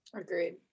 agreed